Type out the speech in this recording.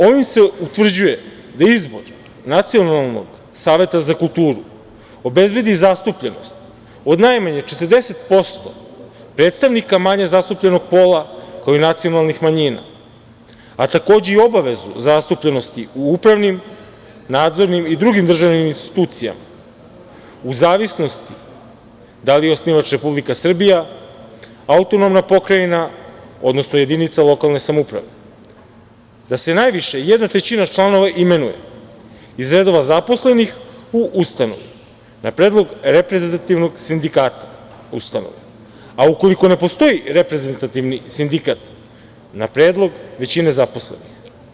Ovim se utvrđuje da je izbor Nacionalnog saveta za kulturu da obezbedi zastupljenost od najmanje 40% predstavnika manje zastupljenog pola, kao i nacionalnih manjina, a takođe i obavezu zastupljenosti u upravnim, nadzornim i drugim državnim institucijama, u zavisnosti od toga da li je osnivač Republika Srbija, autonomna pokrajina, odnosno jedinica lokalne samouprave, da se najviše jedna trećina članova imenuje iz redova zaposlenih u ustanovi, na predlog reprezentativnog sindikata ustanove, a ukoliko ne postoji reprezentativni sindikat, na predlog većine zaposlenih.